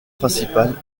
principal